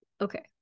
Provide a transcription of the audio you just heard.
Okay